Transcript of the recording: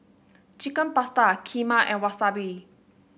Chicken Pasta Kheema and Wasabi